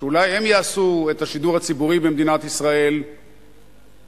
שאולי הם יעשו את השידור הציבורי במדינת ישראל נקי.